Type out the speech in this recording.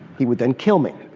he would then kill me.